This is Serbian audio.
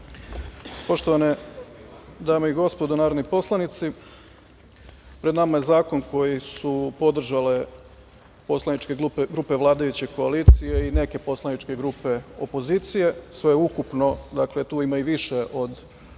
Poštovane dame i gospodo narodni poslanici, pred nama je zakon koji su podržale poslaničke grupe vladajuće koalicije i neke poslaničke grupe opozicije, sve ukupno, dakle, tu ima i više od broja poslanika